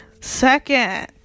Second